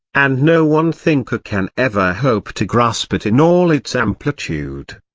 and no one thinker can ever hope to grasp it in all its amplitude.